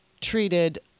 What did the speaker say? treated